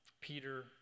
Peter